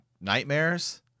nightmares